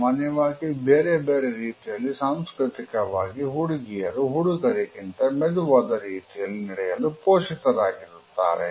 ಸಾಮಾನ್ಯವಾಗಿ ಬೇರೆಬೇರೆ ರೀತಿಯಲ್ಲಿ ಸಾಂಸ್ಕೃತಿಕವಾಗಿ ಹುಡುಗಿಯರು ಹುಡುಗರಿಗಿಂತ ಮೆದುವಾದ ರೀತಿಯಲ್ಲಿ ನಡೆಯಲು ಪೋಷಿತರಾಗಿರುತ್ತಾರೆ